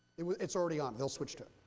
it's already on. he'll switch, too.